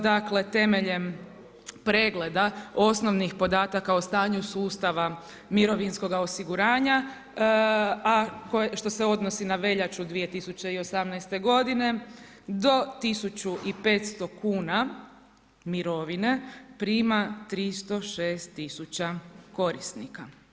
Dakle, temeljem pregleda osnovnih podataka o stanju sustava mirovinskoga osiguranja, a što se odnosi na veljaču 2018. godine do 1500 kuna mirovine prima 306000 korisnika.